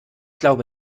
glaube